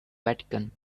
vatican